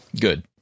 good